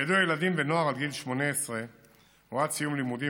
ונוער עד גיל 18 או עד סיום לימודים,